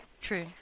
True